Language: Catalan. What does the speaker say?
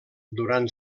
durant